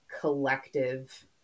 collective